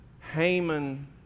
Haman